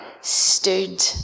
stood